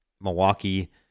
Milwaukee